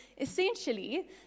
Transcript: essentially